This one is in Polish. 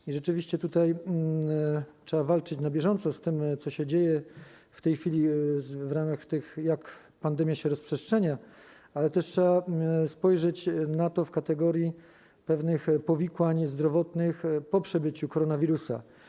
I rzeczywiści tutaj trzeba walczyć na bieżąco z tym, co się dzieje w tej chwili, kiedy pandemia się rozprzestrzenia, ale też trzeba spojrzeć na to w kategorii pewnych powikłań zdrowotnych po przebyciu koronawirusa.